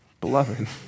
Beloved